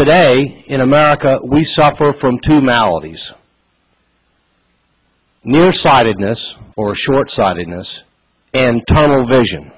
today in america we suffer from two maladies near sightedness or short sightedness and tunnel vision